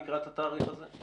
לקראת התאריך הזה?